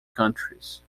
countries